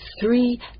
three